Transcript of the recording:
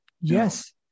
Yes